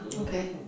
okay